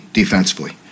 defensively